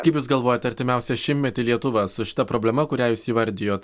kaip jūs galvojat artimiausią šimtmetį lietuva su šita problema kurią jūs įvardijot